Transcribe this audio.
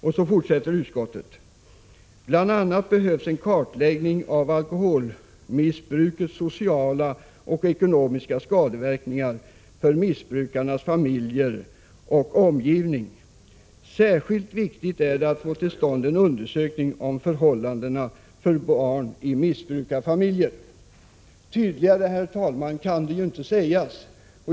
Utskottet fortsätter: ”Bl. a. behövs en kartläggning av alkoholmissbrukets sociala och ekonomiska skadeverkningar för missbrukarnas familjer och omgivning. Särskilt viktigt är att få till stånd en undersökning av förhållandena för barn i missbrukarfamiljer.” Herr talman! Tydligare kan det inte sägas.